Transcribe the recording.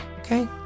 Okay